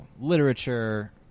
literature